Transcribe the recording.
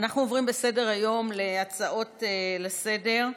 אנחנו עוברים בסדר-היום להצעות לסדר-היום.